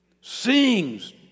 sings